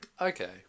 okay